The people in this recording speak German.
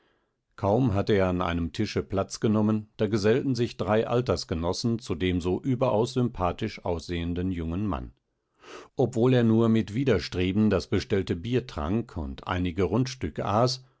kaum hatte er an einem tische platz genommen da gesellten sich drei altersgenossen zu dem so überaus sympathisch aussehenden jungen mann obwohl er nur mit widerstreben das bestellte bier trank und einige rundstücke aß